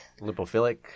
Lipophilic